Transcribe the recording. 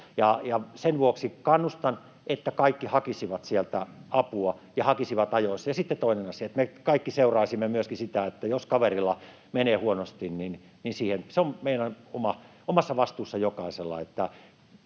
Sen vuoksi kannustan, että kaikki hakisivat sieltä apua — ja hakisivat ajoissa. Sitten toinen asia. Toivon, että me kaikki seuraisimme myöskin sitä, että jos kaverilla menee huonosti, niin se on meidän omassa vastuussa jokaisella,